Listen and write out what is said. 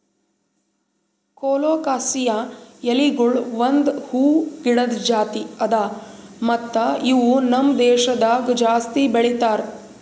colocasia ಎಲಿಗೊಳ್ ಒಂದ್ ಹೂವು ಗಿಡದ್ ಜಾತಿ ಅದಾ ಮತ್ತ ಇವು ನಮ್ ದೇಶದಾಗ್ ಜಾಸ್ತಿ ಬೆಳೀತಾರ್